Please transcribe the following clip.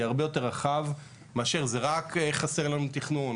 הרבה יותר רחב מאשר רק חסר לנו תכנון,